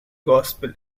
gospel